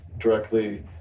directly